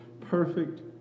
perfect